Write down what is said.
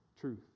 truth